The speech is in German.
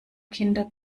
kinder